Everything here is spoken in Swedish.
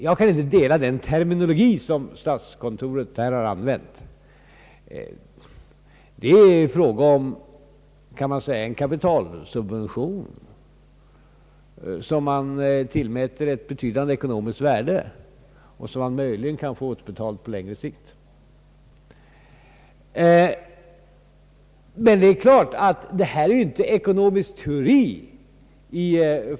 Jag kan inte dela den terminologi som statskontoret här har använt. Man kan säga att det är fråga om en kapitalsubvention, som man tillmäter ett betydande ekonomiskt värde och som man möjligen kan få återbetalad på längre sikt. Men det är klart att detta inte är i första hand ekonomisk teori.